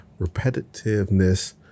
repetitiveness